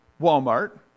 Walmart